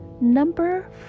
Number